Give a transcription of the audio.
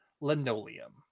linoleum